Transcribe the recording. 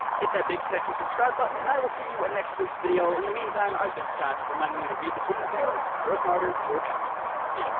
hit that big, sexy subscribe button and i will see you in next week's video. in the meantime, i've been scott reminding you to read between the panels and grow smarter through comics, see ya.